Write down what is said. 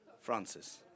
Francis